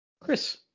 Chris